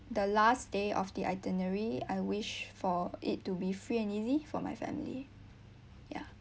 the last day of the itinerary I wish for it to be free and easy for my family ya